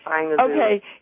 Okay